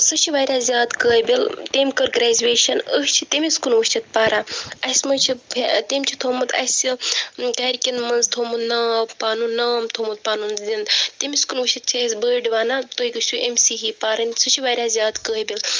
سُہ چھُ واریاہ زیادٕ قٲبِل تٔمۍ کٔر گرٛیجویشَن أسۍ چھِ تٔمِس کُن وُچھِتھ پَران اَسہِ منٛز چھُ تٔمۍ چھُ تھوٚمُت اَسہِ گَرِ کیٚن منٛز تھوٚمُت ناو پَنُن نام تھوٚمُت پَنُن زِنٛدٕ تٔمِس کُن وُچھِتھ چھِ اَسہِ بٔڈۍ وَنان تُہۍ گٔژھِو أمۍسٕے ہِوۍ پَرٕنۍ سُہ چھُ واریاہ زیادٕ قٲبِل